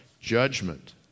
judgment